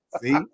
See